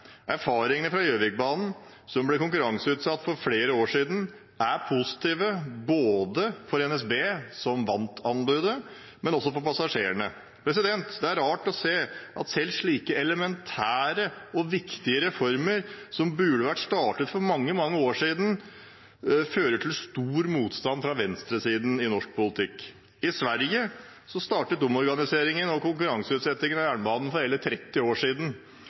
Erfaringene fra Gjøvikbanen, som ble konkurranseutsatt for flere år siden, er positive både for NSB som vant anbudet, og også for passasjerene. Det er rart å se at selv slike elementære og viktige reformer, som burde vært startet for mange år siden, fører til stor motstand fra venstresiden i norsk politikk. I Sverige startet omorganiseringen og konkurranseutsettingen av jernbanen for hele 30 år siden,